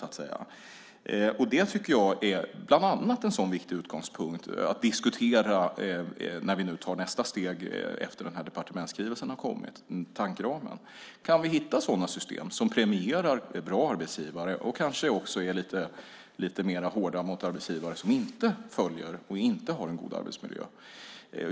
Jag tycker att bland annat det är en viktig utgångspunkt att diskutera när vi nu tar nästa steg efter att departementsskrivelsen, tankeramen, har kommit. Kan vi hitta sådana system som premierar bra arbetsgivare och kanske också är lite mer hårda mot arbetsgivare som inte följer regler och inte har en god arbetsmiljö?